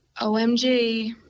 OMG